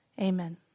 Amen